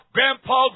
Grandpa